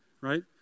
right